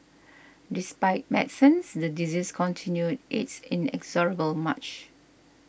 despite medicines the disease continued its inexorable march